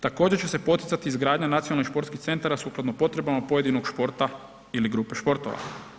Također će se poticati izgradnja nacionalnih športskih centara sukladno potrebama pojedinog športa ili grupe športova.